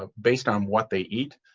ah based on what they eat.